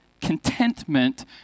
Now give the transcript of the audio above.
contentment